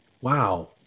wow